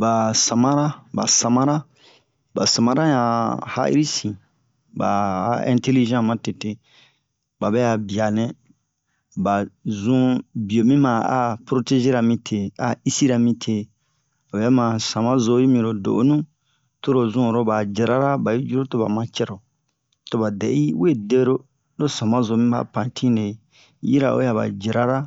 ba samara ba samana ba samana yan ya'iri sin ba'a intelligent ma tete babe'a bianɛ ba zun bie mima a proteger rami te a isira mite obɛ ma sama zo'i miro do'onu toro zun oro ba jarara ba'i juro toba ma cɛro toba dɛ'i we dero lo samazo miba pantine yirawe aba jirara